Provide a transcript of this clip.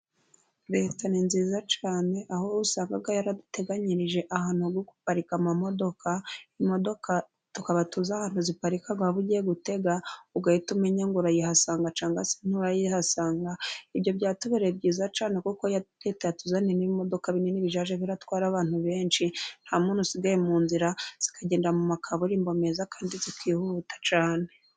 Leta ni nziza cyane, aho usanga yaraduteganyirije ahantu ho guparika amamodoka, imodoka tukaba tuzi ahantu ziparika waba ugiye gutega ugahita umenya ngo urayihasanga cyangwa nturayihasanga, ibyo byatubereye byiza cyane kuko leta yatuzaniye ni ibimodoka binini, bizajya biratwara abantu benshi nta muntu usigaye mu nzira, zikagenda mu makaburimbo meza kandi zikihuta cyane.